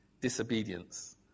Disobedience